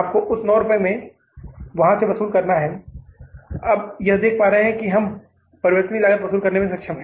आपको उस 9 रुपये में वहां से वसूल करना है हम यह देख पा रहे हैं कि हम परिवर्तनीय लागत वसूल करने में सक्षम हैं